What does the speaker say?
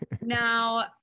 Now